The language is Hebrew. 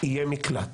יהיה מקלט.